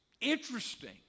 interesting